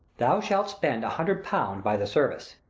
thou shalt spend a hundred pound by the service!